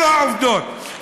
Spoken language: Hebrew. אלו העובדות.